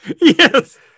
Yes